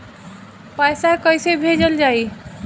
पैसा कैसे भेजल जाइ?